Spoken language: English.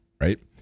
Right